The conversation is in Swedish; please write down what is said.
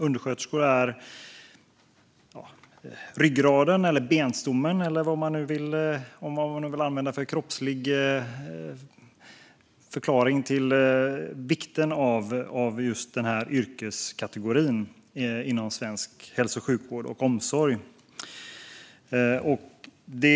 Undersköterskor är ryggraden eller benstommen eller vad man nu vill använda för kroppsdel för att förklara vikten av denna yrkeskategori inom svensk hälso och sjukvård och omsorg.